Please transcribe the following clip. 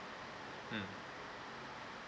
mm